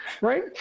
right